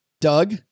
Doug